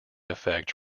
affect